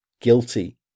guilty